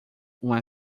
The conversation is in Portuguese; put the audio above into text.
uma